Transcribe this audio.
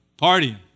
partying